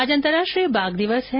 आज अंतरराष्ट्रीय बाघ दिवस है